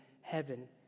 heaven